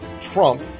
Trump